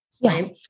yes